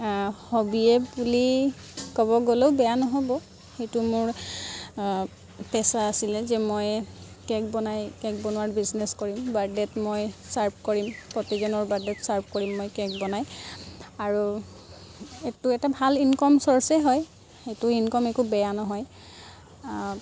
হবিয়ে বুলি ক'ব গ'লেও বেয়া নহ'ব সেইটো মোৰ পেচা আছিলে যে মই কে'ক বনাই কে'ক বনোৱাৰ বিজনেছ কৰিম বাৰ্থডে'ত মই ছাৰ্ভ কৰিম প্ৰতিজনৰ বাৰ্থডে'ত ছাৰ্ভ কৰিম মই কে'ক বনাই আৰু এইটো এটা ভাল ইনকাম ছৰ্চেই হয় সেইটো ইনকাম একো বেয়া নহয়